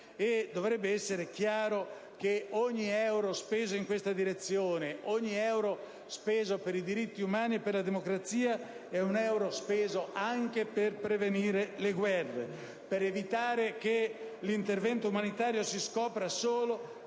Dovrebbe essere chiaro che ogni euro speso in questa direzione, ogni euro speso per i diritti umani e per la democrazia è un euro speso anche per prevenire le guerre, per evitare che l'intervento umanitario si scopra solo